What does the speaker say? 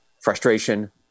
frustration